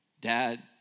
Dad